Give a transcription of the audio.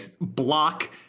block